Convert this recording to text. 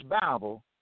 Bible